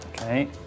Okay